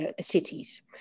cities